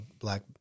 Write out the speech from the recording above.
black